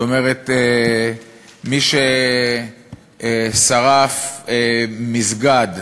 זאת אומרת, מי ששרף מסגד,